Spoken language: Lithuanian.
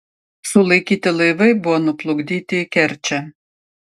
sulaikyti laivai buvo nuplukdyti į kerčę